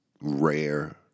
rare